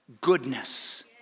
goodness